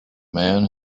man